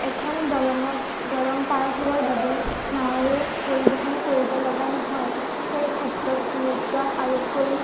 এখন দলঙক দলং পাৰ হ'বৰ বাবে নাৱেৰে পৰিবহণ কৰিব লগা নহয় সেইক্ষেত্ৰত গুৰুত্ব আৰোপ কৰিম